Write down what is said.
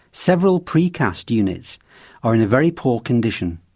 several precast units are in a very poor condition.